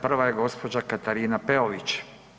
Prva je gospođa Katarina Peović.